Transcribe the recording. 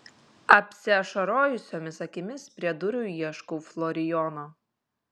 apsiašarojusiomis akimis prie durų ieškau florijono